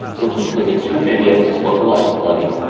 which included two videos of localized flooding,